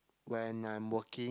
when I'm working